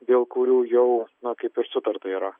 dėl kurių jau na kaip ir sutarta yra